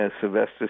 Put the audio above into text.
Sylvester